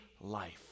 life